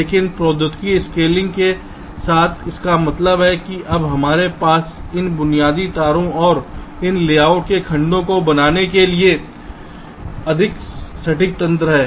लेकिन प्रौद्योगिकी स्केलिंग के साथ इसका मतलब है कि अब हमारे पास इन बुनियादी तारों और इन लेआउट के खंडों को बनाने के लिए अधिक सटीक तंत्र है